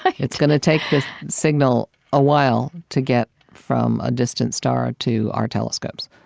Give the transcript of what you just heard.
like it's gonna take the signal a while to get from a distant star to our telescopes.